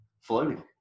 floating